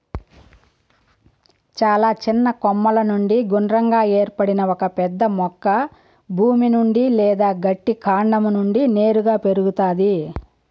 చాలా చిన్న కొమ్మల నుండి గుండ్రంగా ఏర్పడిన ఒక పెద్ద మొక్క భూమి నుండి లేదా గట్టి కాండం నుండి నేరుగా పెరుగుతాది